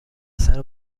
اثر